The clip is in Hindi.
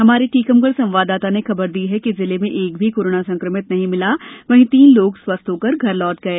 हमारे टीकमगढ़ संवाददाता ने खबर दी है कि जिले में एक भी कोरोना संक्रमित नहीं मिला वहीं तीन लोग स्वस्थ होकर घर लौट गये